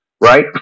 right